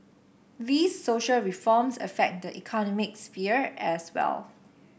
these social reforms affect the economic sphere as well